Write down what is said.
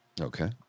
Okay